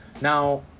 Now